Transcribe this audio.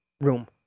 room